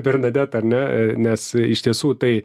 bernadeta ane nes iš tiesų tai